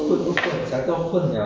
好啊